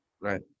right